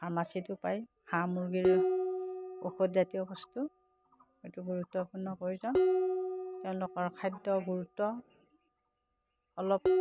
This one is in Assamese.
ফাৰ্মাচীটো পায় হাঁহ মুৰ্গীৰ ঔষধজাতীয় বস্তু সেইটো গুৰুত্বপূৰ্ণ প্ৰয়োজন তেওঁলোকৰ খাদ্য গুৰুত্ব অলপ